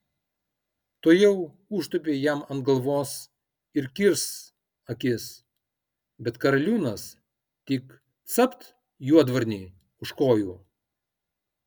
tuojau užtūpė jam ant galvos ir kirs akis bet karaliūnas tik capt juodvarnį už kojų